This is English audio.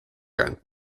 during